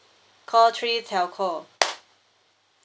call three telco